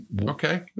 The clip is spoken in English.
okay